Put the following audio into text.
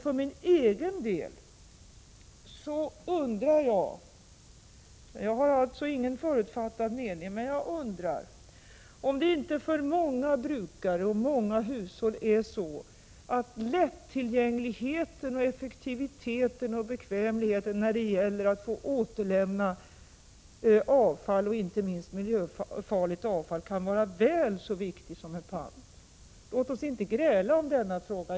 För min egen del undrar jag — jag har ingen förutfattad mening — om det inte för många brukare och många hushåll är så, att lättillgängligheten, effektiviteten och bekvämligheten när det gäller att få återlämna avfall, inte minst miljöfarligt avfall, kan vara väl så viktig som en pant. Låt oss inte gräla i denna fråga.